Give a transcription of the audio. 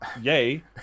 yay